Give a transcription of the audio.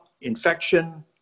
infection